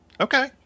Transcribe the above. Okay